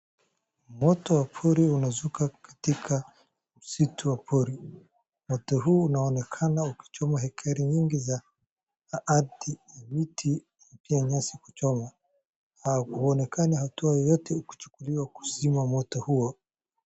Moto wa pori unazuka katika msitu wa pori. Moto huu unaonekana ukichoma ekari mingi za ardhi, miti na pia nyasi kuchoma. Hakuonekani hatua yoyote ikichukulia kuzima moto huo.